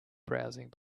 browsing